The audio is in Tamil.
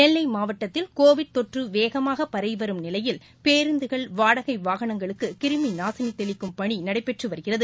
நெல்லை மாவட்டத்தில் கோவிட் தொற்று வேகமாக பரவி வரும் நிலையில் பேருந்துகள் வாடகை வாகனங்களுக்கு கிருமி நாசினி தெளிக்கும் பணி நடைபெற்று வருகிறது